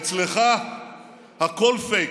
אצלך הכול פייק.